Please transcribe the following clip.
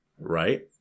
Right